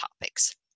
topics